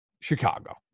Chicago